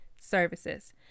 services